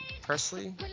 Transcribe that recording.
Presley